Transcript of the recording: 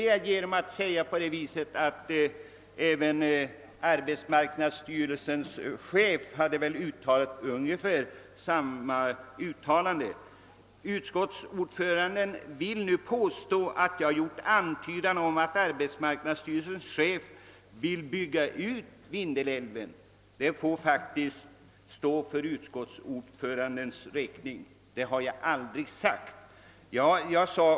Det besvärliga läget på den norrländska arbetsmarknaden belyses även av de uttalanden som gjorts av arbetsmarknadsstyrelsens chef. Utskottets ordförande påstår nu att jag antytt att arbetsmarknadsstyrelsens chef vill bygga ut Vindelälven för att åstadkomma sysselsättning. Detta uttalande får faktiskt stå för utskottsordförandens räkning. Jag har aldrig menat så.